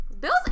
Bills